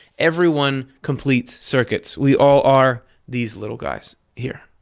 everyone completes circuits. we all are these little guys here,